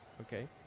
okay